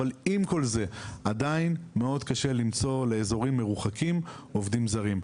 אבל עם כל זה עדיין מאוד קשה למצוא לאזורים מרוחקים עובדים זרים.